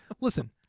listen